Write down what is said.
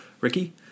Ricky